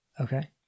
Okay